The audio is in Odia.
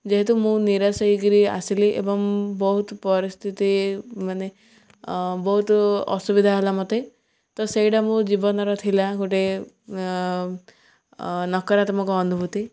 ଯେହେତୁ ମୁଁ ନିରାଶ ହେଇକରି ଆସିଲି ଏବଂ ବହୁତ ପରିସ୍ଥିତି ମାନେ ବହୁତ ଅସୁବିଧା ହେଲା ମୋତେ ତ ସେଇଟା ମୋ ଜୀବନର ଥିଲା ଗୋଟେ ନକାରାତ୍ମକ ଅନୁଭୂତି